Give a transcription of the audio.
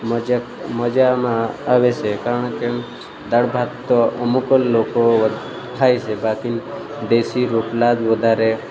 મજા મજામાં આવે છે કારણ કે દાળ ભાત તો અમુક જ લોકો વ ખાય છે બાકી દેશી રોટલા જ વધારે